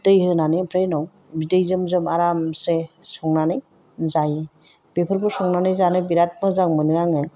दै होनानै ओमफ्राय उनाव बिदै जोम जोम आरामसे संनानै जायो बेफोरखौ संनानै जानो बिराद मोजां मोनो आङो